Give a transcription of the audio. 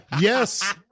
Yes